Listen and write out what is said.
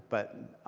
but